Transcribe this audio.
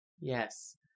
Yes